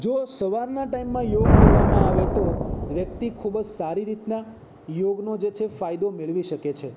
જો સવારના ટાઇમમાં યોગ કરવામાં આવે તો વ્યક્તિ ખૂબ જ સારી રીતના યોગનો જે છે ફાયદો મેળવી શકે છે